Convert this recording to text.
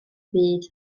byd